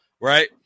right